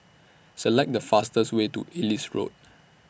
Select The fastest Way to Ellis Road